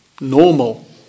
normal